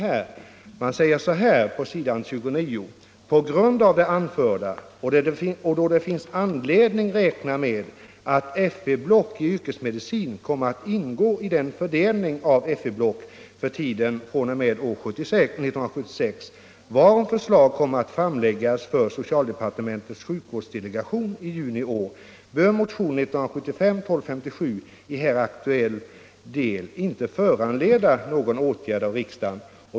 Jo, vi säger så här på s. 29: ”På grund av det anförda och då det finns anledning räkna med att FV-block i yrkesmedicin kommer att ingå i den fördelning av FV-block för tiden fr.o.m. år 1976, varom förslag kommer att framläggas för socialdepartementets sjukvårdsdelegation i juni i år, bör motionen 1975:1257 i här aktuell del inte föranleda någon åtgärd av riksdagen.